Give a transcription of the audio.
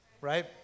Right